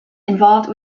involved